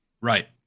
right